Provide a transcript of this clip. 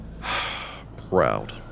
proud